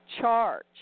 charge